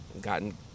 gotten